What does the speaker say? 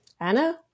Anna